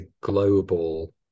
global